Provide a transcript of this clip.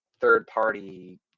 third-party